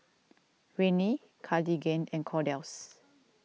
Rene Cartigain and Kordel's